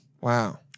Wow